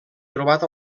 trobat